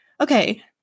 okay